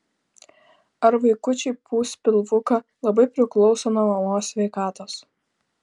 ar vaikučiui pūs pilvuką labai priklauso nuo mamos sveikatos